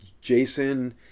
Jason